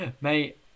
mate